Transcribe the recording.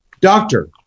Doctor